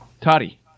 Toddy